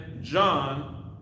John